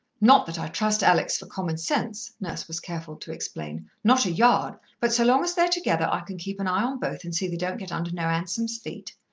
not that i trust alex for common sense, nurse was careful to explain, not a yard, but so long as they're together i can keep an eye on both and see they don't get under no hansom's feet.